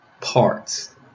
parts